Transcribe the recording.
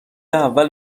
اول